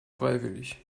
freiwillig